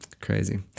crazy